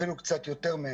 אפילו קצת יותר.